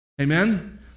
Amen